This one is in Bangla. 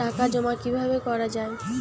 টাকা জমা কিভাবে করা য়ায়?